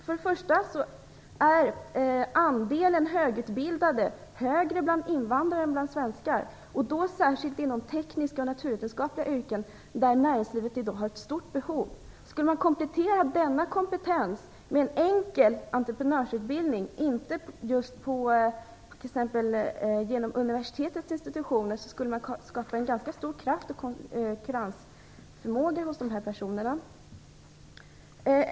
För det första är andelen högutbildade högre bland invandrare än bland svenskar. Det gäller särskilt inom tekniska och naturvetenskapliga yrken där näringslivet i dag har ett stort behov. Skulle man komplettera denna kompetens med en enkel entreprenörsutbildning, inte just genom universitetens institutioner, skulle man skapa en ganska stor kraft och konkurrensförmåga hos dessa personer.